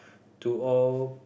to all